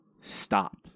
Stop